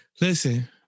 Listen